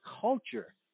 culture